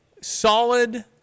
solid